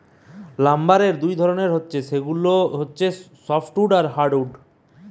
লাম্বারের দুই ধরণের হতিছে সেগুলা হচ্ছে সফ্টউড আর হার্ডউড